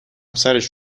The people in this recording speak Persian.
سرش